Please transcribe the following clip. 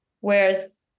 Whereas